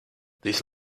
these